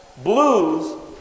Blues